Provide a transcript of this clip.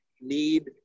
need